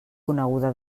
coneguda